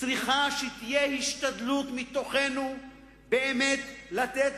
צריכה שתהיה השתדלות מתוכנו באמת לתת